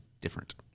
different